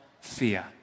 fear